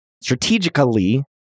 strategically